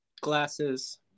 Glasses